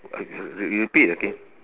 uh you repeat again